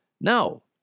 No